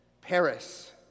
Paris